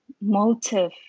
motive